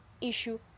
issue